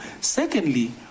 Secondly